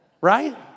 Right